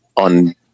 On